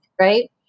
Right